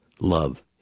Love